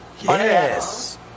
Yes